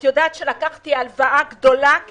היא אמרה לי: את יודעת שלקחתי הלוואה גדולה?